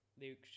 Luke